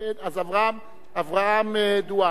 אז אברהם דואן.